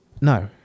no